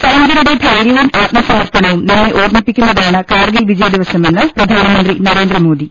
സൈനികരുടെ ധൈര്യവും ആത്മസമർപ്പണവും നമ്മെ ഓർമ്മിപ്പിക്കുന്നതാണ് കർഗിൽ വിജയ് ദിവസമെന്ന് പ്രധാനമന്ത്രി നരേന്ദ്രമോദി